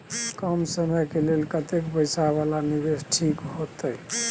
कम समय के लेल कतेक पैसा वाला निवेश ठीक होते?